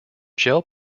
gel